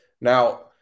Now